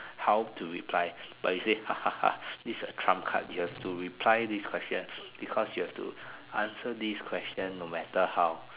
how to reply but he say hahaha this is a Trump card you have to reply this question because you have to answer this question no matter how